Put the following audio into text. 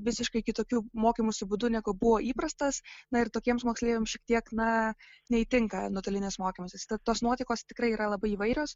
visiškai kitokiu mokymosi būdu negu buvo įprastas na ir tokiems moksleiviams šiek tiek na neįtinka nuotolinis mokymasis tad tos nuotaikos tikrai yra labai įvairios